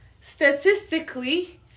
statistically